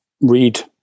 read